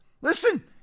listen